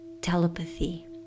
telepathy